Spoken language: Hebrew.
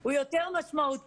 הוא יותר משמעותי.